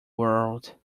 world